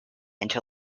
until